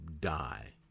die